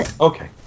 Okay